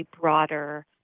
broader